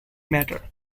matter